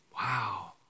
Wow